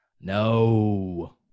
no